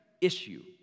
issue